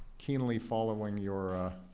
keenly following your